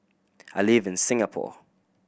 I live in Singapore